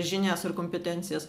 žinias ir kompetencijas